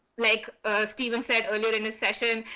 like steven said earlier in this session,